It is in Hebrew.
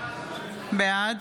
בעד